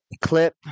clip